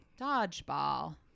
Dodgeball